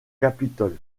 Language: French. capitole